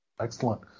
Excellent